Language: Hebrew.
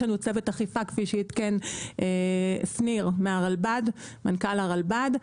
יש לנו צוות אכיפה כפי שעדכן שניר מנכ"ל הרלב"ד,